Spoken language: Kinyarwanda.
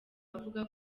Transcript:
avuga